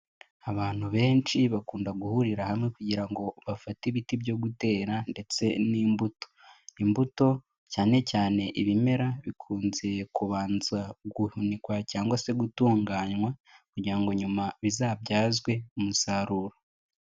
Abantu benshi bakunda guhurira hamwe kugira ngo bafate ibiti byo gutera ndetse n'imbuto, imbuto cyane cyane ibimera bikunze kubanza guhunikwa cyangwa se gutunganywa kugira ngo nyuma bizabyazwe umusaruro.